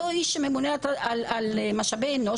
אותו אדם שממונה על משאבי אנוש,